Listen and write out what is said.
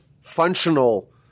functional